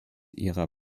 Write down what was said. ihrer